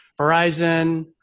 Verizon